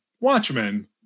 Watchmen